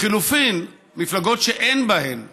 לחלופין, מפלגות שאין בהן פריימריז,